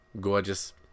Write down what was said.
Gorgeous